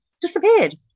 disappeared